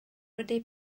wedi